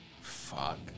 Fuck